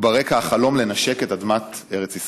ברקע, החלום לנשק את אדמת ארץ ישראל.